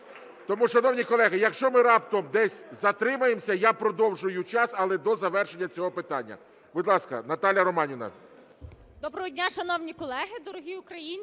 Тому, шановні колеги, якщо ми раптом десь затримаємося, я продовжую час, але до завершення цього питання. Будь ласка, Наталія Романівна. 13:56:45 ПІПА Н.Р. Доброго дня, шановні колеги! Дорогі українці,